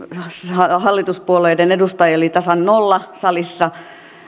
hallituspuolueiden edustajia oli tasan nolla salissa